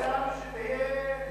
חסר לנו שיהיו